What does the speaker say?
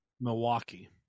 Milwaukee